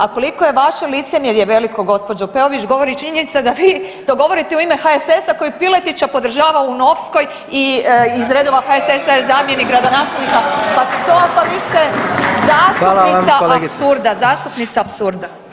A koliko je vaše licemjerje veliko gospođo Peović govori činjenica da vi to govorite u ime HSS-a koji Piletića podržava u Novskoj i iz redova HSS-a je zamjenik gradonačelnika, pa to, pa vi ste zastupnica [[Upadica: Hvala vam kolegice.]] apsurda, zastupnica apsurda.